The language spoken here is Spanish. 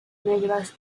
negras